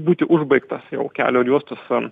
būti užbaigtas jau kelio ir juostos